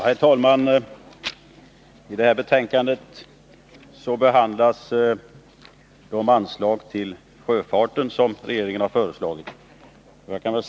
Herr talman! I detta betänkande behandlas de anslag till sjöfarten som regeringen har föreslagit.